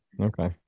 Okay